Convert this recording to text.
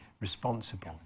responsible